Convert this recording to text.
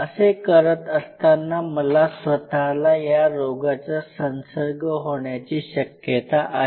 असे करत असताना मला स्वतःला या रोगाचा संसर्ग होण्याची शक्यता आहे